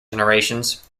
generations